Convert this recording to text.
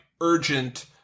urgent